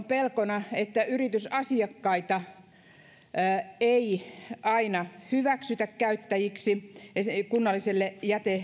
pelkona että yritysasiakkaita ei aina hyväksytä käyttäjiksi kunnalliselle